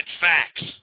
facts